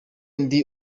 ndi